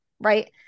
right